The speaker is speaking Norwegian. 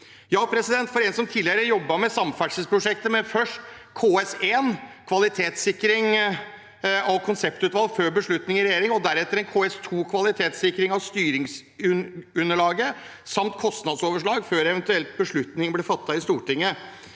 til å holde på. Jeg har tidligere jobbet med samferdselsprosjekter, der det først er KS1, kvalitetssikring av konseptvalg før beslutning i regjering, og deretter en KS2, kvalitetssikring av styringsunderlag samt kostnadsoverslag før eventuelt beslutning blir fattet i Stortinget.